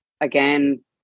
again